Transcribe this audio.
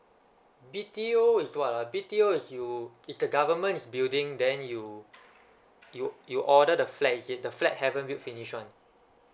B_T_O is what ah B_T_O is you it's the government's building then you you you order the flat is it the flat haven't build finish one